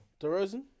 DeRozan